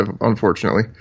unfortunately